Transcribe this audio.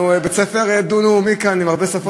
אנחנו בית-ספר דו-לאומי כאן עם הרבה שפות.